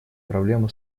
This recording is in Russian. проблему